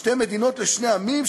שתי מדינות לשני עמים,